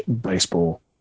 baseball